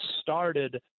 started